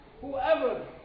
whoever